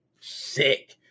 sick